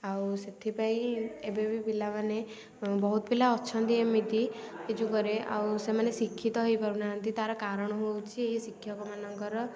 ଆଉ ସେଥିପାଇଁ ଏବେ ବି ପିଲାମାନେ ବହୁତ ପିଲା ଅଛନ୍ତି ଏମିତି ଏ ଯୁଗରେ ଆଉ ସେମାନେ ଶିକ୍ଷିତ ହେଇପାରୁନାହାଁନ୍ତି ତା'ର କାରଣ ହେଉଛି ଏହି ଶିକ୍ଷକମାନଙ୍କର